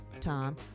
Tom